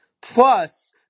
Plus